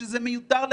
שזה מיותר לחלוטין,